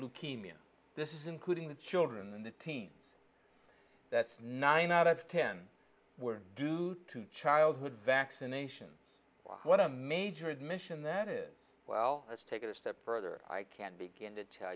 leukemia this is including the children in the teen that's nine out of ten were due to childhood vaccinations what a major admission that is well let's take it a step further i can't begin to tell